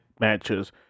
matches